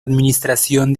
administración